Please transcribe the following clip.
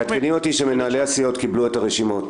מעדכנים אותי שמנהלי הסיעות קיבלו את הרשימות.